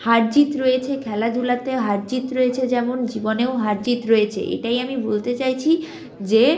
হার জিত রয়েছে খেলাধুলাতে হার জিত রয়েছে যেমন জীবনেও হার জিত রয়েছে এটাই আমি বলতে চাইছি যে